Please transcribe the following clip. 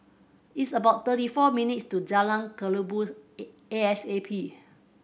it's about thirty four minutes' to Jalan Kelabu A A S A P